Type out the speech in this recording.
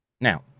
Now